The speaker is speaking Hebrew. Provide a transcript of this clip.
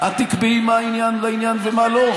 את תקבעי מה לעניין ומה לא?